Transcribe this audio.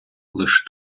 лиш